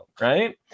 right